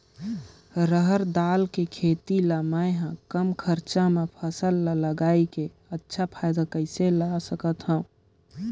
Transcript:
रहर दाल के खेती ला मै ह कम खरचा मा फसल ला लगई के अच्छा फायदा कइसे ला सकथव?